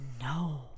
No